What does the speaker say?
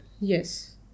Yes